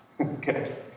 Okay